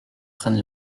prenne